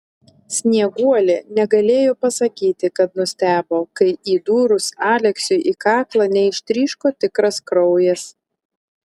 snieguolė negalėjo pasakyti kad nustebo kai įdūrus aleksiui į kaklą neištryško tikras kraujas